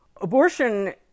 Abortion